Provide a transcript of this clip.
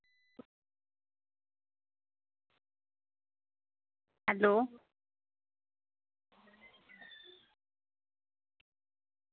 hello